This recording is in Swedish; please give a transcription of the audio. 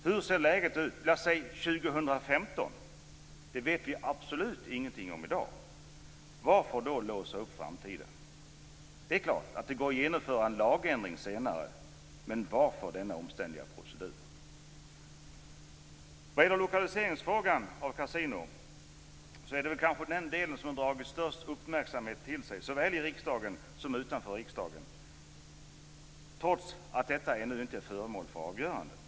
Hur ser läget ut säg 2015? Det vet vi absolut ingenting om i dag. Varför då låsa oss för framtiden? Det är klart att det går att genomföra en lagändring senare, men varför denna omständliga procedur? Frågan om lokaliseringen av kasinon är den som har dragit störst uppmärksamhet till sig, såväl i riksdagen som utanför riksdagen, trots att detta inte är föremål för avgörande ännu.